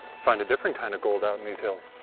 find a different kinda gold out in these hills.